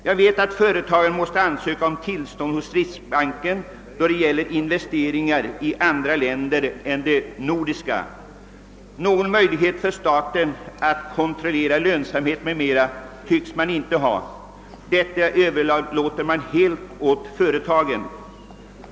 Jag vet att företagen måste ansöka om tillstånd hos riksbanken då det gäller investeringar i andra länder än de nordiska. Någon möjlighet för staten att kontrollera lönsamhet m.m. tycks man inte ha. Detta överlåter man helt åt företagen.